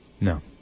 No